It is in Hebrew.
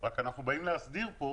רק שאנחנו באים להסדיר פה